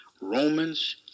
Romans